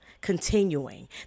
continuing